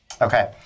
okay